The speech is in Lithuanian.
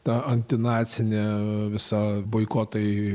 ta antinacinė visa boikotai